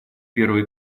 первый